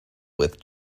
with